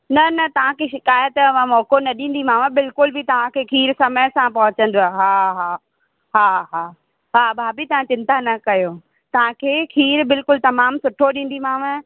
न न तव्हांखे शिकाइतु जो मां मौक़ो न ॾींदीमाव बिल्कुलु बि तांखे खीर समय सां पहुचंदव हा हा हा हा हा भाभी तां चिंता न कयो तांखे खीर बिल्कुलु तमामु सुठो ॾींदीमाव